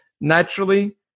naturally